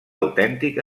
autèntic